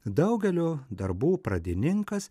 daugelio darbų pradininkas